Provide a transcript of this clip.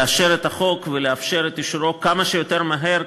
לאשר את הצעת החוק ולאפשר את אישור החוק כמה שיותר מהר,